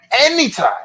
Anytime